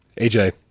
aj